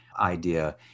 idea